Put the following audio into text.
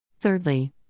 Thirdly